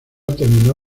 terminó